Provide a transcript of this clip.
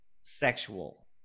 sexual